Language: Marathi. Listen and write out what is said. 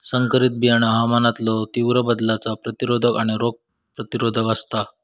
संकरित बियाणा हवामानातलो तीव्र बदलांका प्रतिरोधक आणि रोग प्रतिरोधक आसात